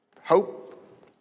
hope